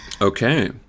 Okay